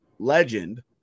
legend